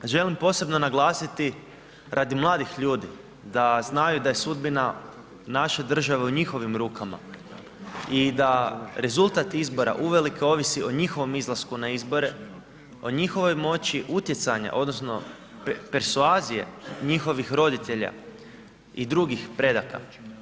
Želim posebno naglasiti radi mladih ljudi da znaju da je sudbina naše države u njihovim rukama i da rezultat izbora uvelike ovisi o njihovom izlasku na izbore, o njihovoj moći utjecanja odnosno persoazije njihovih roditelja i drugih predaka.